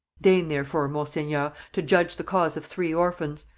deign therefore, monseigneur, to judge the cause of three orphans.